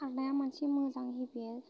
खारनाया मोनसे मोजां हेबिद